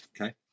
Okay